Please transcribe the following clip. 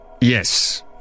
Yes